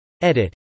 Edit